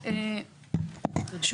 נחמה?